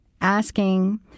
asking